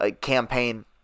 campaign